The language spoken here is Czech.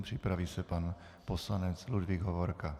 Připraví se pan poslanec Ludvík Hovorka.